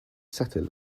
settle